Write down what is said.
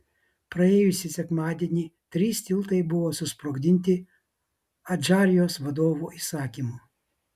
praėjusį sekmadienį trys tiltai buvo susprogdinti adžarijos vadovų įsakymu